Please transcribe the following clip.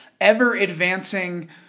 ever-advancing